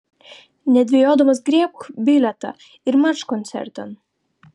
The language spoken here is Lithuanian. nedvejodamas griebk bilietą ir marš koncertan